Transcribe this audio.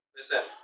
Listen